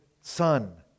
Son